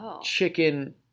chicken